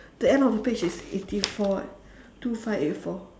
the end of the page is eighty four eh two five eight four